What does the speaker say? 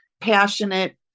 passionate